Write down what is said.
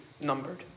numbered